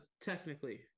technically